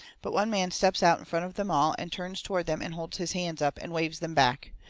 but one man steps out in front of them all, and turns toward them and holds his hands up, and waves them back.